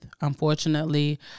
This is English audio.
Unfortunately